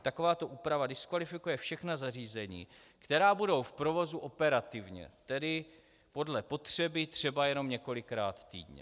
Takováto úprava diskvalifikuje všechna zařízení, která budou v provozu operativně, tedy podle potřeby třeba jenom několikrát týdně.